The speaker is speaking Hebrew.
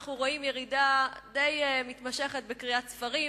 אנחנו רואים ירידה די מתמשכת בקריאת ספרים.